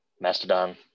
Mastodon